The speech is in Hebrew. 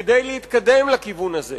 כדי להתקדם לכיוון הזה